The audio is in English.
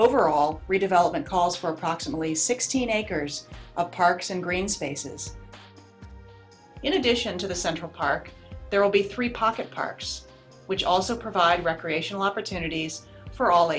overall redevelopment calls for approximately sixteen acres of parks and green spaces in addition to the central park there will be three pocket parks which also provide recreational opportunities for all